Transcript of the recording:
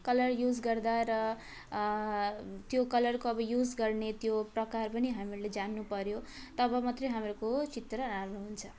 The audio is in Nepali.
कलर युज गर्दा र त्यो कलरको अब युज गर्ने त्यो प्रकार पनि हामीहरूले जान्नुपर्यो तब मात्रै हामीहरूको चित्र राम्रो हुन्छ